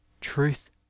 truth